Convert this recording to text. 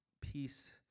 peace